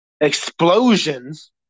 explosions